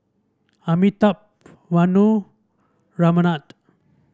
Amitabh Vanu Ramanand